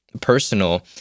personal